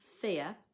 fear